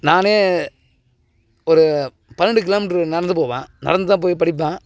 நானே ஒரு பன்னெண்டு கிலோமீட்டர் நடந்து போவேன் நடந்து தான் போய் படிப்பேன்